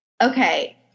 okay